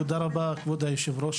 תודה רבה כבוד היושב ראש,